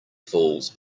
falls